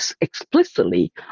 explicitly